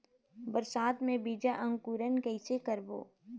बरसात मे बीजा अंकुरण कइसे करबो?